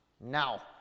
now